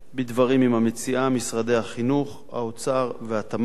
בדברים עם המציעה משרדי החינוך, האוצר והתמ"ת.